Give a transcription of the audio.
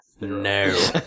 No